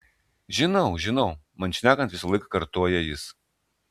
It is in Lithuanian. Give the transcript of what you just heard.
žinau žinau man šnekant visąlaik kartoja jis